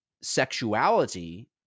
sexuality